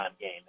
game